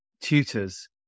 tutors